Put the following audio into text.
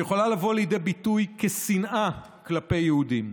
שיכולה לבוא לידי ביטוי כשנאה כלפי יהודים.